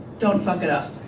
don't fuck it up.